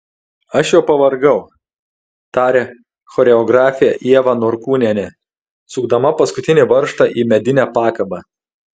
aš jau pavargau tarė choreografė ieva norkūnienė sukdama paskutinį varžtą į medinę pakabą